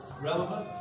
relevant